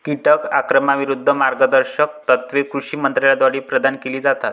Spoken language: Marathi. कीटक आक्रमणाविरूद्ध मार्गदर्शक तत्त्वे कृषी मंत्रालयाद्वारे प्रदान केली जातात